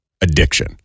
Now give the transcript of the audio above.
addiction